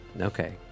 Okay